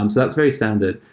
um that's very standard.